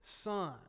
Son